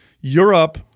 Europe